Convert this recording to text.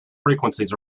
frequencies